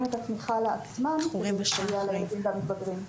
את התמיכה לעצמם על מנת לסייע לילדים ולמתבגרים.